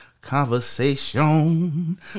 conversation